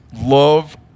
Love